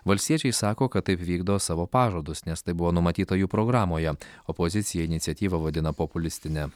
valstiečiai sako kad taip vykdo savo pažadus nes tai buvo numatyta jų programoje opozicija iniciatyvą vadina populistine